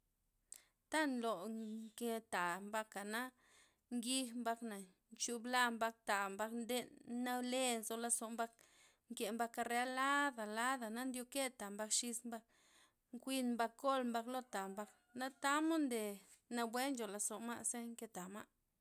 Tha nlo nketa' mbak na' njij mbak na', chupla mbak tha mbak nden nale nzo lazo mbak, nke mbak kare lada' lada' na ndyoke tha mbak xis mbak, nkuyn mbak kol mbak lo tha mbak na thamod nde nawue ncho lozo ma' ze nketha ma'.